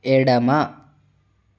ఎడమ